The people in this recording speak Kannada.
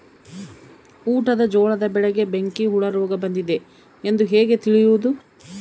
ಊಟದ ಜೋಳದ ಬೆಳೆಗೆ ಬೆಂಕಿ ಹುಳ ರೋಗ ಬಂದಿದೆ ಎಂದು ಹೇಗೆ ತಿಳಿಯುವುದು?